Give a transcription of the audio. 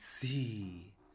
see